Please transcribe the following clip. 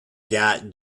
got